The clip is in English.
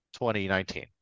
2019